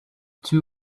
two